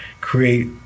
Create